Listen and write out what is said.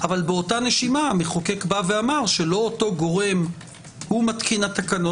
אבל באותה נשימה המחוקק אמר שלא אותו גורם הוא מתקין התקנות.